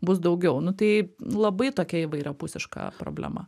bus daugiau nu tai labai tokia įvairiapusiška problema